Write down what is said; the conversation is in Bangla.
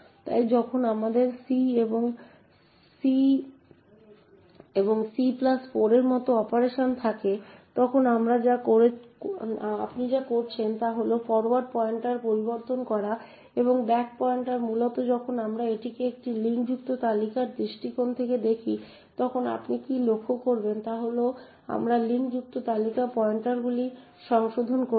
তাই যখন আমাদের c এবং c এবং c4 এর মতো অপারেশন থাকে তখন আপনি যা করছেন তা হল ফরওয়ার্ড পয়েন্টার পরিবর্তন করা এবং ব্যাক পয়েন্টার মূলত যখন আমরা এটিকে একটি লিঙ্কযুক্ত তালিকার দৃষ্টিকোণ থেকে দেখি তখন আপনি কী লক্ষ্য করবেন তা হল আমরা লিঙ্কযুক্ত তালিকা পয়েন্টারগুলি সংশোধন করছি